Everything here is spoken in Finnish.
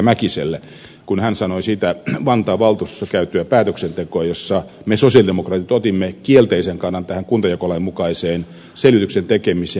mäkiselle kun hän kommentoi sitä vantaan valtuustossa käytyä päätöksentekoa jossa me sosialidemokraatit otimme kielteisen kannan tähän kuntajakolain mukaiseen selvityksen tekemiseen